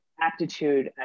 aptitude